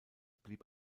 blieb